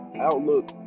outlook